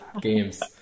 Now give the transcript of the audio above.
games